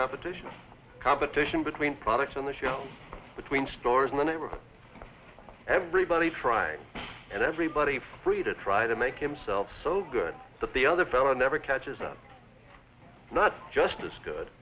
competition a competition between products on the shelves between stores in the neighborhood everybody trying and everybody free to try to make himself so good that the other fellow never catches up not just as good